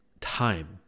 time